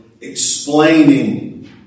explaining